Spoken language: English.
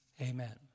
Amen